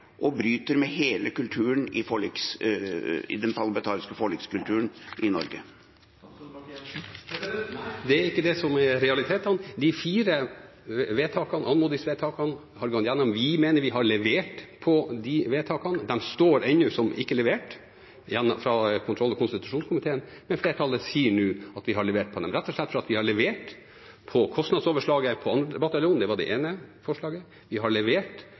ikke det som er realiteten. De fire anmodningsvedtakene – vi mener vi har levert på de vedtakene – står ennå som ikke levert fra kontroll- og konstitusjonskomiteen, men flertallet sier nå at vi har levert på dem. Vi har levert på kostnadsoverslaget på 2. bataljon – det var det ene forslaget. Vi har levert på delt helikopterløsning – det var det andre. Vi har levert på kvalitetsreformen til Heimevernet – det var det tredje. Og vi har levert